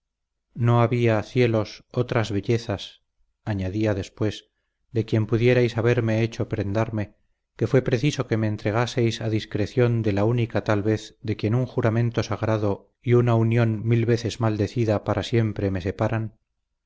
no había cielos otras bellezas añadía después de quien pudierais haberme hecho prendarme que fue preciso que me entregaseis a discreción de la única tal vez de quien un juramento sagrado y una unión mil veces maldecida para siempre me separan